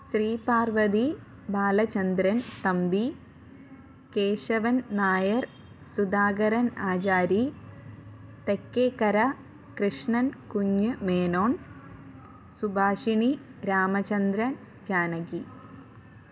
Sreeparvathi Balachandran Thampi Kesavan Nair Sudhakaran Achari Thekkekara Krishnankunju Menon Subhashini Ramachandran Janaki